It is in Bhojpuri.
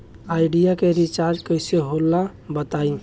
आइडिया के रिचार्ज कइसे होला बताई?